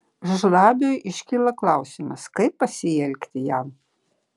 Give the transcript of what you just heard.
žlabiui iškyla klausimas kaip pasielgti jam